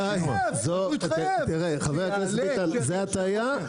זה הטעיה.